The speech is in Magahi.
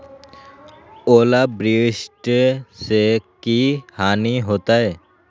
ओलावृष्टि से की की हानि होतै?